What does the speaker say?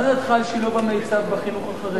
מה דעתך על שילוב המיצ"ב בחינוך החרדי?